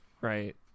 right